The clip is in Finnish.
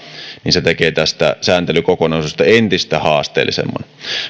se tekee tästä sääntelykokonaisuudesta entistä haasteellisemman